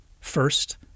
First